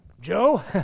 Joe